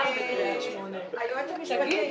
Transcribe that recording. היועץ המשפטי,